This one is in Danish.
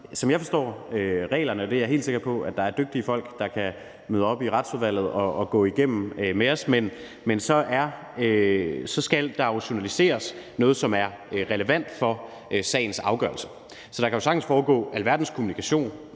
som jeg forstår reglerne – og det er jeg helt sikker på at der er dygtige folk, der kan møde op i Retsudvalget og gennemgå med os – så skal noget, som er relevant for sagens afgørelse, journaliseres. Så der kan jo sagtens foregå alverdens kommunikation